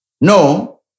No